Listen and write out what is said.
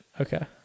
okay